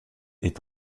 est